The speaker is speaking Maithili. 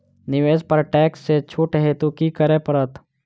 निवेश पर टैक्स सँ छुट हेतु की करै पड़त?